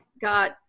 got